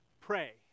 Pray